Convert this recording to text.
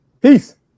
Peace